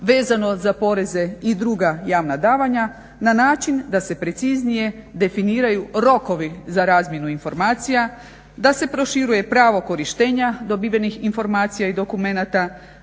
vezano za poreze i druga javna davanja na način da se preciznije definiraju rokovi za razmjenu informacija da se proširuje pravo korištenja dobivenih informacija i dokumenata,